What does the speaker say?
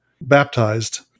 baptized